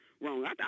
wrong